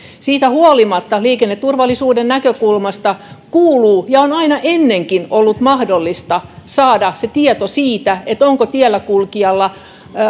siitä huolimatta liikenneturvallisuuden näkökulmasta kuuluu saada ja on aina ennenkin ollut mahdollista saada tieto siitä siitä onko tielläkulkijalla